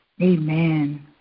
Amen